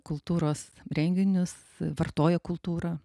kultūros renginius vartoja kultūrą